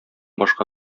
башка